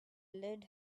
lead